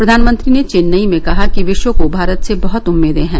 प्रधानमंत्री ने चेन्नई में कहा है कि विश्व को भारत से बहत उम्मीदें हैं